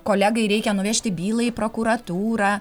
kolegai reikia nuvežti bylą į prokuratūrą